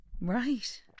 Right